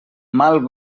mal